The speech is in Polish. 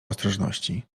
ostrożności